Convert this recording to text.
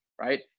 right